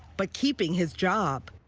but keeping his job.